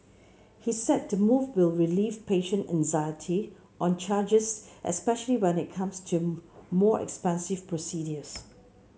he said the move will relieve patient anxiety on charges especially when it comes to more expensive procedures